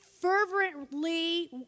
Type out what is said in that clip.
fervently